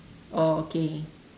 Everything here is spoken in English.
oh okay